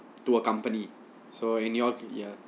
to a company so in your ya